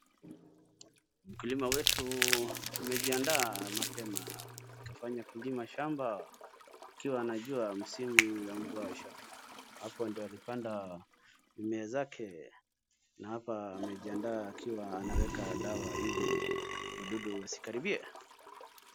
Mkulima wetu amejiandaaa mapema anafanya kulima shamba akiwa anajua kuwa msimu wa mvua ushafika hapo ndo alipanda mimea zake na hapa amejiandaa akiwa anaweka dawa ili wadudu wasikaribie.